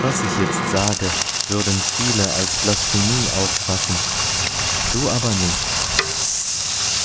was ich jetzt sage würden viele als blasphemie auffassen du aber nicht